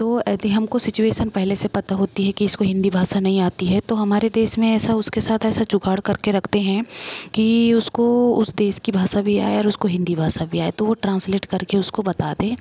तो यदि हमको सिचुएशन पहले से पता होती है कि इसको हिंदी भाषा नहीं आती है तो हमारे देश में ऐसा उसके साथ ऐसा जुगाड़ करके रखते हैं कि उसको उस देश की भाषा भी आए और उसको हिंदी भाषा भी आए तो वह ट्रांसलेट करके उसको बता दे